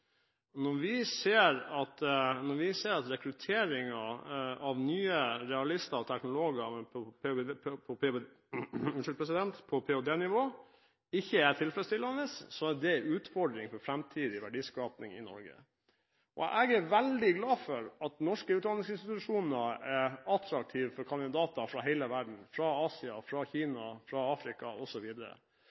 Når vi ser at rekrutteringen av nye realister og teknologer på ph.d.-nivå ikke er tilfredsstillende, er det en utfordring for framtidig verdiskaping i Norge. Jeg er veldig glad for at norske utdanningsinstitusjoner er attraktive for kandidater fra hele verden – Asia, Kina, Afrika